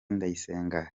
ndayisenga